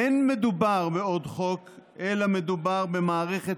אין מדובר בעוד חוק אלא מדובר במערכת